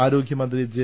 ആരോഗ്യമന്ത്രി ജെ